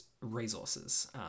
resources